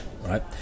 right